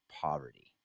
poverty